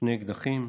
שני אקדחים,